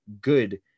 good